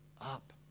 up